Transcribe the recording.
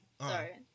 Sorry